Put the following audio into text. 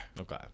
Okay